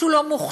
שהוא לא מוכשר,